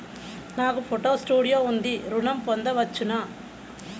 నాకు photo studio ఉంది ఋణం పొంద వచ్చునా?